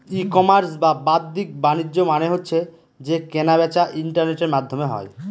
ই commerce বা বাদ্দিক বাণিজ্য মানে হচ্ছে যে কেনা বেচা ইন্টারনেটের মাধ্যমে হয়